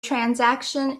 transaction